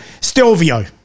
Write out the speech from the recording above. Stelvio